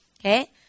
Okay